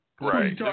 Right